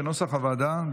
כנוסח הוועדה,